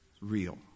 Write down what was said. real